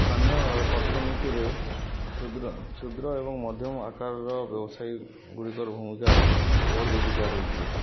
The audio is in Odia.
ସ୍ଥାନୀୟ ଅର୍ଥନୀତିରେ କ୍ଷୁଦ୍ର କ୍ଷୁଦ୍ର ଏବଂ ମଧ୍ୟମ ଆକାରର ବ୍ୟବସାୟୀ ଗୁଡ଼ିକର ଭୂମିକା ବହୁତ ଅଧିକା ରହିଛି